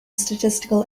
statistical